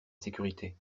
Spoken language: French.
sécurité